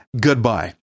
Goodbye